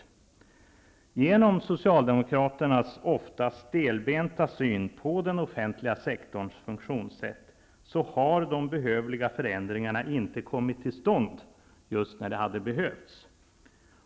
På grund av Socialdemokraternas ofta stelbenta syn på den offentliga sektorns funktionssätt har de behövliga förändringarna inte kommit till stånd just när de skulle ha behövts.